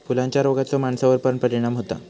फुलांच्या रोगाचो माणसावर पण परिणाम होता